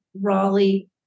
Raleigh